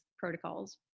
Protocols